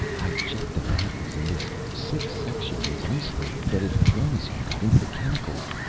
i checked the valves, and this sick section is isolated. but if chromazone got into the chemicals.